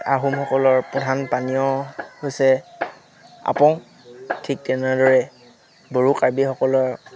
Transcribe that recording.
আহোমসকলৰ প্ৰধান পানীয় হৈছে আপং ঠিক তেনেদৰে বড়ো কাৰ্বিসকলৰ